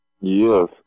Yes